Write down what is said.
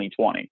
2020